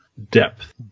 depth